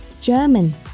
German